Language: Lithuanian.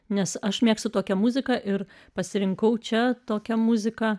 nes aš mėgstu tokią muziką ir pasirinkau čia tokią muziką